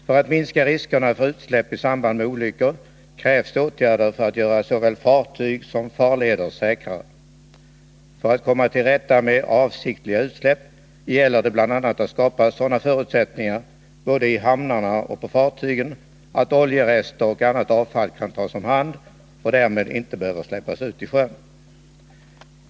För att minska riskerna för utsläpp i samband med olyckor krävs åtgärder för att göra såväl fartyg som farleder säkrare. För att komma till rätta med avsiktliga utsläpp gäller det bl.a. att skapa sådana förutsättningar, både i hamnarna och på fartygen, att oljerester och annat avfall kan tas om hand och därmed inte behöver släppas ut i sjön.